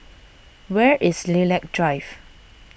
where is Lilac Drive